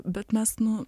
bet mes nu